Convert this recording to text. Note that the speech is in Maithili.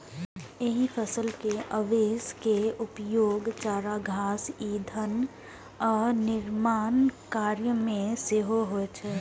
एहि फसल के अवशेष के उपयोग चारा, घास, ईंधन आ निर्माण कार्य मे सेहो होइ छै